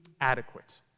adequate